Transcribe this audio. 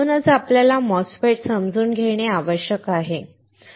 म्हणूनच आपल्याला MOSFETS समजून घेणे आवश्यक आहे